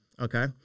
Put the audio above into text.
Okay